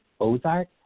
Ozark